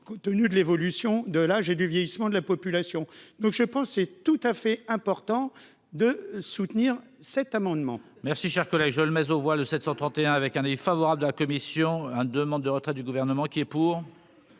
compte tenu de l'évolution de l'âge et du vieillissement de la population, donc je pense, c'est tout à fait important de soutenir cet amendement.